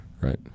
right